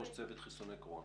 ראש צוות חיסוני קורונה.